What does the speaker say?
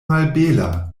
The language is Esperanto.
malbela